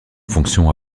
fonction